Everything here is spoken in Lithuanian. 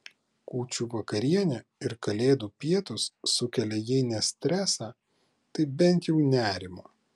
kūčių vakarienė ir kalėdų pietūs sukelia jei ne stresą tai bent jau nerimą